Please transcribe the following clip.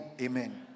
Amen